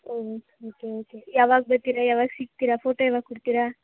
ಹ್ಞೂ ಹ್ಞೂ okay okay ಯಾವಾಗ ಬೇಕಿರೆ ಯಾವಾಗ ಸಿಕ್ತೀರಿ ಫೋಟೋ ಯಾವಾಗ ಕೊಡ್ತೀರಾ